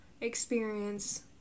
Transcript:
experience